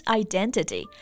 identity